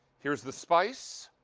here is the spice.